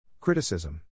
Criticism